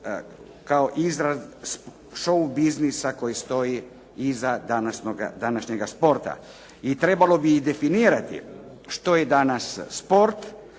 kao izraz šoubiznisa koji stoji iza današnjega sporta. I trebalo bi i definirati što je danas sport,